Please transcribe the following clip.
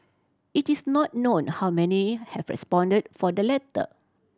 it is not known how many have responded for the letter